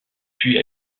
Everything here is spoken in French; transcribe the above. puis